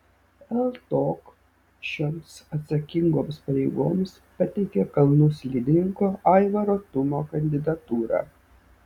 ltok šioms atsakingoms pareigoms pateikė kalnų slidininko aivaro tumo kandidatūrą